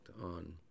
on